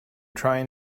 trying